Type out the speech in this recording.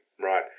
right